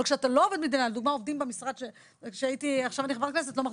אבל כשאתה לא עובד מדינה זה הרבה יותר מורכב.